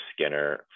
Skinner